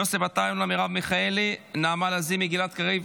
יוסף עטאונה, מרב מיכאלי, נעמה לזימי, גלעד קריב,